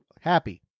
happy